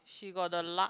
she got the luck